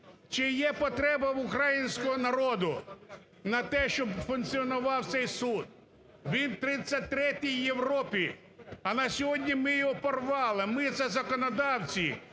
Чи є потреба в українського народу на те, щоб функціонував цей суд, він 33-й в Європі? А на сьогодні ми його "порвали". Ми – це законодавці,